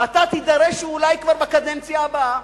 ואתה תידרש, ואולי כבר בקדנציה הבאה,